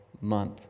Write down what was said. month